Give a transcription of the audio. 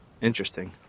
Interesting